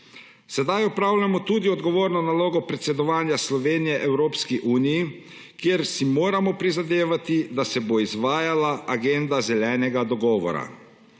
Sedaj opravljamo tudi odgovorno nalogo predsedovanja Slovenije Evropski uniji, kjer si moramo prizadevati, da se bo izvajala Agenda zelenega dogovora.